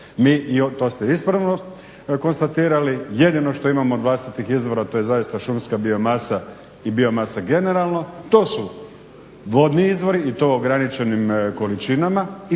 To ste ispravno konstatirali. Jedino što imamo od vlastitih izvora to je zaista šumska biomasa i biomasa generalno, to su vodni izvori i to u ograničenim količinama